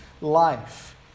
life